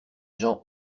gens